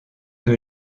que